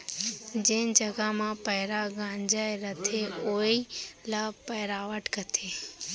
जेन जघा म पैंरा गंजाय रथे वोइ ल पैरावट कथें